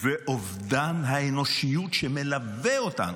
ואובדן האנושיות שמלווה אותנו,